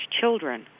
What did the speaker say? children